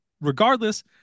regardless